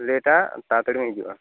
ᱞᱮᱹᱴᱟ ᱛᱟᱲᱟ ᱛᱟᱹᱲᱤᱢ ᱦᱤᱡᱩᱜᱼᱟ